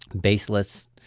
baseless